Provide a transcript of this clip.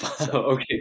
Okay